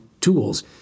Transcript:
tools